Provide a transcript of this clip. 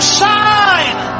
shine